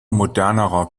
moderner